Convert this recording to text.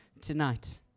tonight